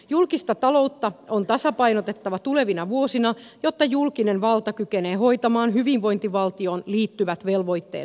julkista taloutta on tasapainotettava tulevina vuosina jotta julkinen valta kykenee hoitamaan hyvinvointivaltioon liittyvät velvoitteensa